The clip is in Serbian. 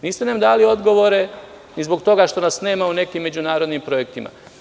Niste nam dali odgovore i zbog toga što nas nema u nekim međunarodnim projektima.